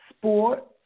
sport